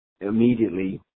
immediately